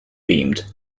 beamed